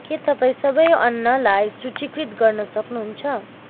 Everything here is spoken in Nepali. के तपाईँ सबै अन्नलाई सूचीकृत गर्न सक्नुहुन्छ